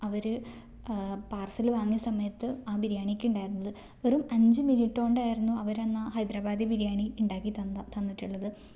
അവർ parcel വാങ്ങിയ സമയത്ത് ആ ബിരിയാണിക്ക് ഉണ്ടായിരുന്നത് വെറും അഞ്ച് മിനിറ്റ് കൊണ്ടായിരുന്നു അവർ അന്ന് ആ ഹൈദരാബാദി ബിരിയാണി ഉണ്ടാക്കി തന്നത് തന്നിട്ടുള്ളത്